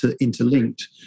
interlinked